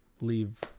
leave –